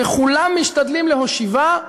וכולם משתדלים להושיבה,